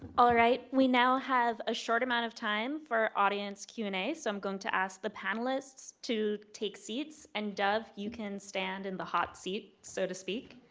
all right we now have a short amount of time for audience q and a so i'm going to ask the panelists to take seats and dov you can stand in the hot seat, so to speak.